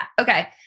Okay